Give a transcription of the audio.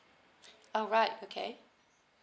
alright okay